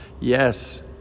Yes